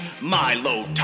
Milo